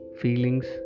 feelings